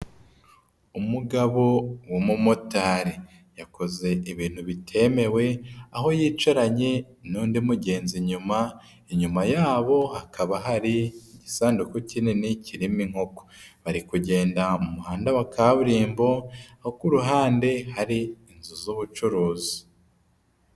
Umugabo w'umumotari yakoze ibintu bitemewe aho yicaranye n'undi mugenzi inyuma, inyuma yabo hakaba hari igisanduku kinini kirimo inkoko. Bari kugenda mu muhanda wa kaburimbo, aho ruhande hari inzu z'ubucuruzi.